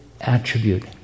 attribute